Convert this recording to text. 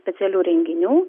specialių renginių